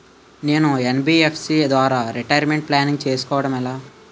నేను యన్.బి.ఎఫ్.సి ద్వారా retirement planning చేసుకోవడం ఎలా?